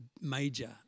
major